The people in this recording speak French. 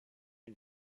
une